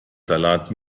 salat